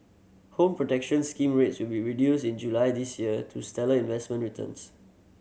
Home Protection Scheme rates will be reduced in July this year to stellar investment returns